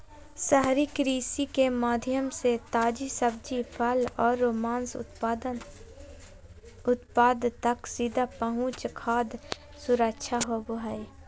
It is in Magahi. शहरी कृषि के माध्यम से ताजी सब्जि, फल आरो मांस उत्पाद तक सीधा पहुंच खाद्य सुरक्षा होव हई